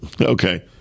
Okay